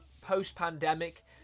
post-pandemic